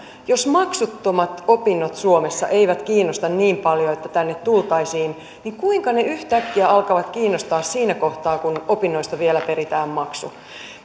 jos maksuttomat opinnot suomessa eivät kiinnosta niin paljoa että tänne tultaisiin niin kuinka ne yhtäkkiä alkavat kiinnostaa siinä kohtaa kun opinnoista vielä peritään maksu